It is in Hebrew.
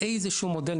באיזשהו מודל,